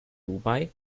dubai